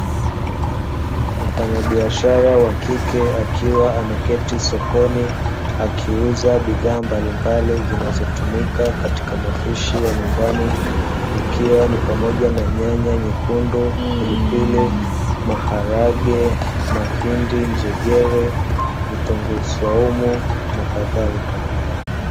Mfanyabiashara wa kike akiwa ameketi Sokoni akiuza bidhaa mbalimbali zinazotumika katika mapishi ya nyumbani, ikiwa pamoja na nyanya nyekundu, pilipili, maharage, mahindi ,njegele vitunguu saumu na kadhalika .